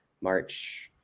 March